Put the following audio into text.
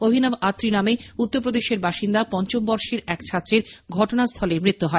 অভিনব আত্রি নামে উত্তপ্রদেশের বাসিন্দা পঞ্চম বর্ষের এক ছাত্রের ঘটনাস্হলেই মৃত্যু হয়